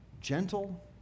gentle